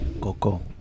coco